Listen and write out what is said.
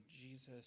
Jesus